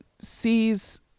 sees